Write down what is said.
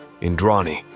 Indrani